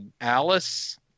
Alice